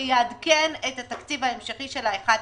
שיעדכן את התקציב ההמשכי של ה-1/12.